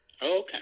Okay